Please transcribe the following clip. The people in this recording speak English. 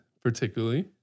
particularly